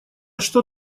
что